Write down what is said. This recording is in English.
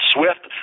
Swift